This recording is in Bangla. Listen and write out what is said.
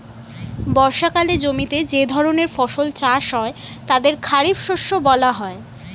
বর্ষাকালে জমিতে যে ধরনের ফসল চাষ হয় তাদের খারিফ শস্য বলা হয়